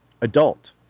adult